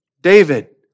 David